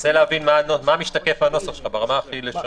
מנסה להבין מה משתקף מהנוסח שלך, ברמה הכי לשונית.